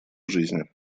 жизни